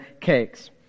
cakes